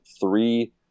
three